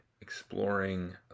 exploring